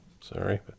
Sorry